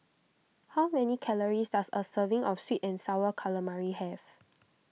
how many calories does a serving of Sweet and Sour Calamari have